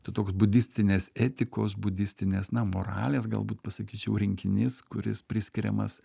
tai toks budistinės etikos budistinės na moralės galbūt pasakyčiau rinkinys kuris priskiriamas